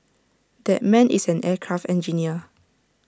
that man is an aircraft engineer